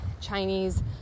Chinese